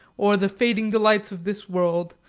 or the fading delights of this world,